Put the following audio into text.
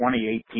2018